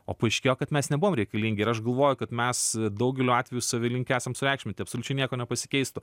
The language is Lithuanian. o paaiškėjo kad mes nebuvom reikalingi ir aš galvoju kad mes daugeliu atvejų save linkę esam sureikšminti absoliučiai nieko nepasikeistų